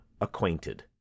acquainted